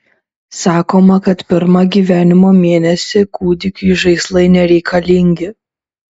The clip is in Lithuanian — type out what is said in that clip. sakoma kad pirmą gyvenimo mėnesį kūdikiui žaislai nereikalingi